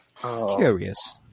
curious